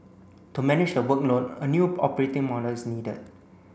to manage the workload a new operating model is needed